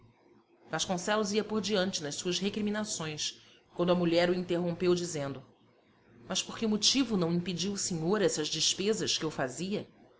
vasconcelos ia por diante nas suas recriminações quando a mulher o interrompeu dizendo mas por que motivo não impediu o senhor essas despesas que eu fazia